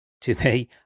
today